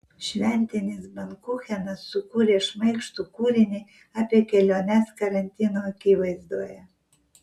šventinis bankuchenas sukūrė šmaikštų kūrinį apie keliones karantino akivaizdoje